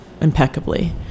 impeccably